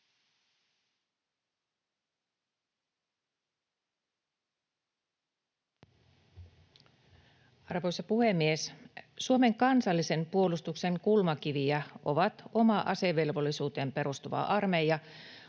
Arvoisa puhemies! Suomen kansallisen puolustuksen kulmakiviä ovat oma asevelvollisuuteen perustuva armeija,